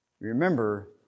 Remember